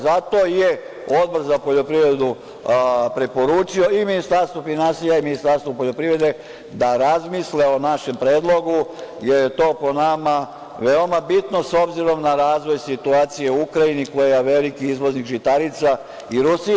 Zato je Odbor za poljoprivredu preporučio i Ministarstvu finansija i Ministarstvu poljoprivrede da razmisle o našem predlogu, jer je to po nama veoma bitno s obzirom na razvoj situacije u Ukrajini koja je veliki izvoznik žitarica i Rusiji.